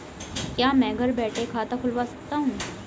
क्या मैं घर बैठे खाता खुलवा सकता हूँ?